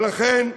ולכן,